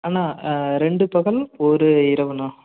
அண்ணா ரெண்டு பகல் ஒரு இரவு அண்ணா